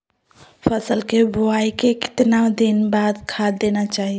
फसल के बोआई के कितना दिन बाद खाद देना चाइए?